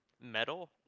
Metal